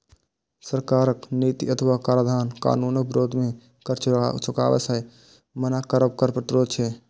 सरकारक नीति अथवा कराधान कानूनक विरोध मे कर चुकाबै सं मना करब कर प्रतिरोध छियै